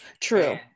True